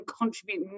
contribute